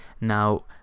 now